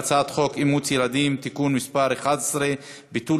אימוץ ילדים (תיקון מס' 10) (ביטול